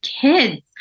kids